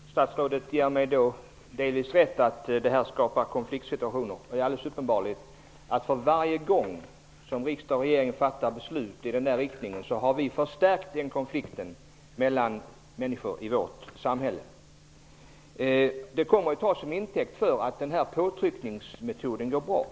Herr talman! Statsrådet ger mig delvis rätt i att detta skapar konfliktsituationer. Det är alldeles uppenbart att för varje gång riksdag och regering fattar beslut i denna riktning så förstärks konflikten mellan människor i vårt samhälle. Det kommer att tas som intäkt för att det går bra att använda den här påtryckningsmetoden.